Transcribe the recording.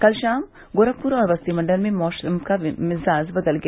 कल शाम गोरखपुर और बस्ती मण्डल में मौसम का मिजाज बदल गया